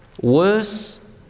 worse